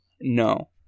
No